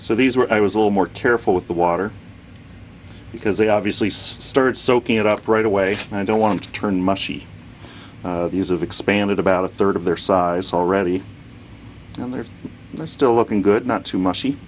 so these were i was a little more careful with the water because they obviously started soaking it up right away and i don't want to turn mushy peas of expanded about a third of their size already and there are still looking good not too mushy